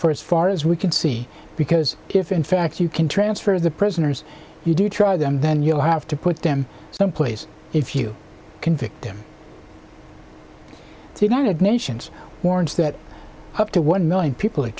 for as far as we can see because if in fact you can transfer the prisoners you do try them then you'll have to put them someplace if you convict them to nations warns that up to one million people